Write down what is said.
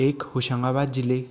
एक होशंगाबाद जिले